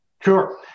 Sure